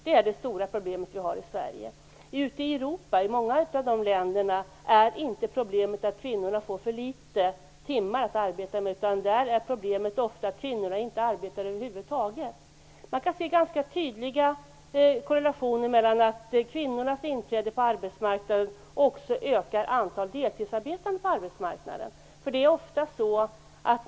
Det är det stora problemet vi har i Sverige. I många av länderna ute i Europa är inte problemet att kvinnorna får för få timmar att arbeta, utan där är problemet ofta att kvinnorna inte arbetar över huvud taget. Man kan se en ganska tydlig korrelation mellan kvinnornas inträde på arbetsmarknaden och det ökade antalet deltidsarbetande på arbetsmarknaden.